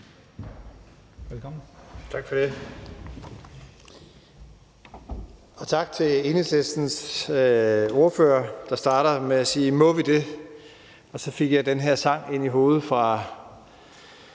Bruus): Tak for det, og tak til Enhedslistens ordfører, der startede med at sige: Må vi det? Det gjorde, at jeg fik den her sang ind i hovedet af